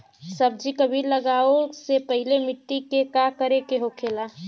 सब्जी कभी लगाओ से पहले मिट्टी के का करे के होखे ला?